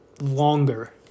longer